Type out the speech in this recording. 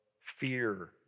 fear